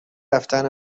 رفتن